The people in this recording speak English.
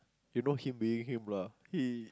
you know him being him lah he